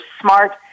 smart